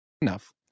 enough